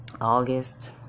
August